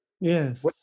Yes